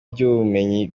ry’ubumenyi